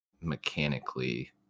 mechanically